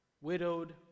widowed